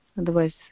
Otherwise